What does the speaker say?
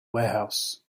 warehouse